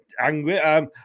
Angry